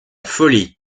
folie